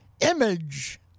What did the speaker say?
Image